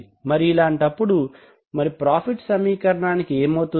మరి ఇలాంటప్పుడు మరి ప్రాఫిట్ సమీకరణానికి ఏమవుతుంది